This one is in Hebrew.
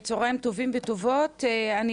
צוהריים טובים לאורחות ולאורחים שלנו,